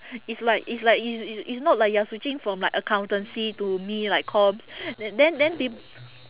it's like it's like it's it's it's not like you are switching from like accountancy to me like comms then then peop~